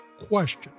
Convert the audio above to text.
question